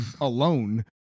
alone